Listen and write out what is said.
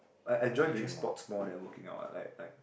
I enjoy doing sports more than working out like like